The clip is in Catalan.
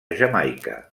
jamaica